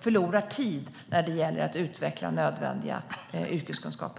förlorar tid när det gäller att utveckla nödvändiga yrkeskunskaper.